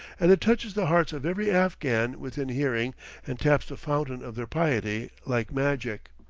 and it touches the hearts of every afghan within hearing and taps the fountain of their piety like magic.